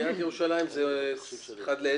בעיריית ירושלים זה 1 ל-10,